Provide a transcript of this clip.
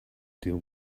deal